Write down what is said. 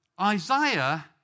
Isaiah